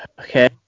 Okay